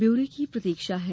ब्यौरे की प्रतीक्षा है